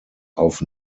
auf